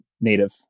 native